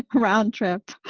ah round trip